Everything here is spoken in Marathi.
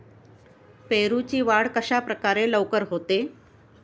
पेरूची वाढ कशाप्रकारे लवकर होते?